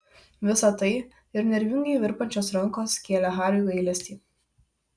visa tai ir nervingai virpančios rankos kėlė hariui gailestį